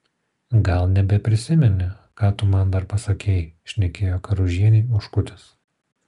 gal nebeprisimeni ką tu man dar pasakei šnekėjo karužienei oškutis